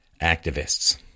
activists